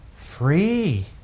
free